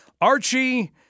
Archie